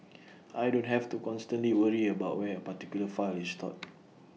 I don't have to constantly worry about where A particular file is stored